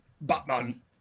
Batman